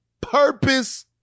purpose